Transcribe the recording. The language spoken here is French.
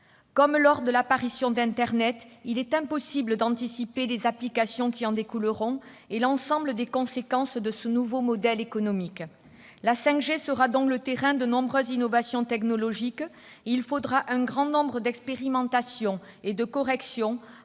Comme avec l'apparition d'internet, il est impossible d'anticiper les applications qui en découleront ainsi que l'ensemble des conséquences de ce nouveau modèle économique. La 5G sera donc le terrain de nombreuses innovations technologiques, et il faudra un grand nombre d'expérimentations et de corrections avant